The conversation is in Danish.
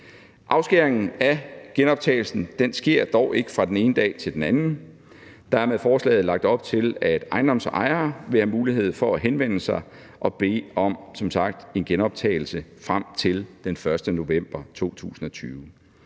Afskæringen af genoptagelsen sker dog ikke fra den ene dag til den anden. Der er med forslaget lagt op til, at ejendomsejere vil have mulighed for at henvende sig og bede om en genoptagelse frem til den 1. november 2020.